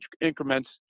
increments